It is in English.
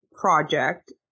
project